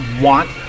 want